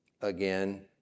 Again